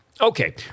Okay